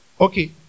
Okay